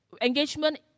engagement